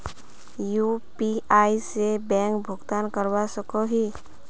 UPI से bank भुगतान करवा सकोहो ही?